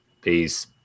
peace